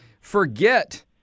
forget